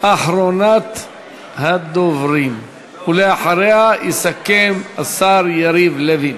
אחרונת הדוברים, ואחריה יסכם השר יריב לוין.